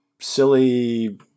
silly